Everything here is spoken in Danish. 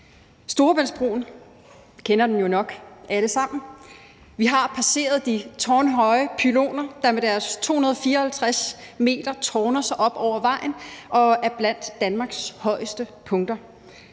Storebæltsbroen kender vi jo nok alle sammen, for vi har jo passeret de tårnhøje pyloner, der med deres 254 m tårner sig op over vejen og er blandt Danmarks højeste punkter.